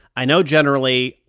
i know generally,